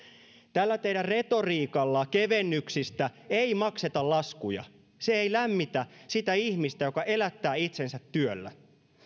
tällä teidän retoriikallanne kevennyksistä ei makseta laskuja se ei lämmitä sitä ihmistä joka elättää itsensä työllä